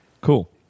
Cool